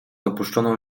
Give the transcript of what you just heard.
opuszczoną